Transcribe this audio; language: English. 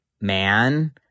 man